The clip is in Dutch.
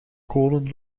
kolen